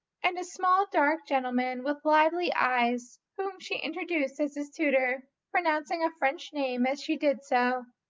and a small dark gentleman with lively eyes whom she introduced as his tutor, pronouncing a french name as she did so.